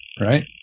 right